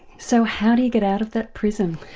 so how do you get out of that prison?